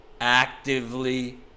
actively